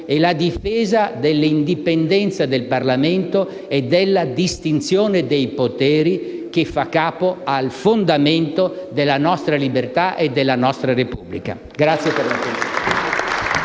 è la difesa dell'indipendenza del Parlamento e della distinzione dei poteri che fa capo al fondamento della nostra libertà e della nostra Repubblica. *(Applausi dai Gruppi*